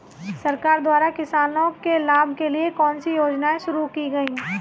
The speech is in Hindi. सरकार द्वारा किसानों के लाभ के लिए कौन सी योजनाएँ शुरू की गईं?